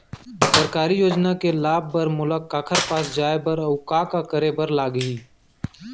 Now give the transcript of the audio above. सरकारी योजना के लाभ बर मोला काखर पास जाए बर अऊ का का करे बर लागही?